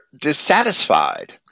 dissatisfied